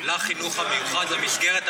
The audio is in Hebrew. לחינוך המיוחד, למסגרת הנבדלת,